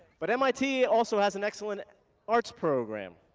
but mit also has an excellent arts program,